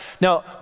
Now